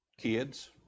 Kids